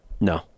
No